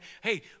hey